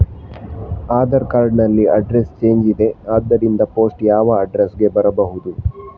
Aadhaar card ನಲ್ಲಿ address change ಇದೆ ಆದ್ದರಿಂದ ಪೋಸ್ಟ್ ಯಾವ ಅಡ್ರೆಸ್ ಗೆ ಬರಬಹುದು?